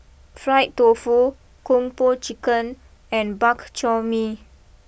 Fried Tofu Kung Po Chicken and Bak Chor Mee